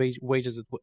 wages